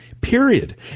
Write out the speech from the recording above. period